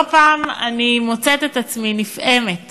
לא פעם אני מוצאת עצמי נפעמת